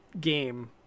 game